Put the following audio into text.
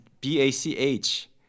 B-A-C-H